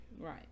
Right